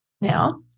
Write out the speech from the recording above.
Now